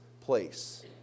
place